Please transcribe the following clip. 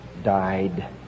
Died